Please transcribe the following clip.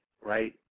right